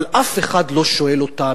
אבל אף אחד לא שואל אותם,